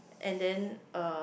and then uh